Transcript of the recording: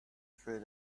through